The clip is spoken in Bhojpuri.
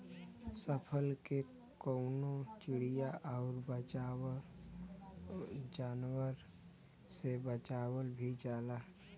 फसल के कउनो चिड़िया आउर जानवरन से बचावल भी जाला